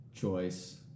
choice